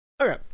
Okay